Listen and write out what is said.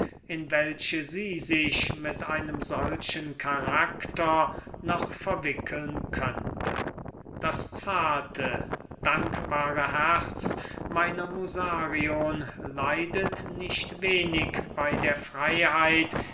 in welche sie sich mit einem solchen karakter noch verwickeln könnte das zarte dankbare herz meiner musarion leidet nicht wenig bey der freyheit